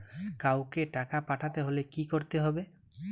কাওকে টাকা পাঠাতে হলে কি করতে হবে?